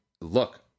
look